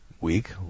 week